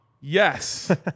Yes